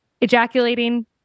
ejaculating